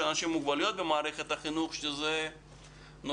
אנשים עם מוגבלויות במערכת החינוך שזה נושא,